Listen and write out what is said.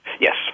Yes